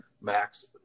max